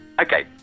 Okay